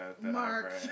Mark